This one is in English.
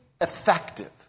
effective